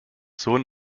sohn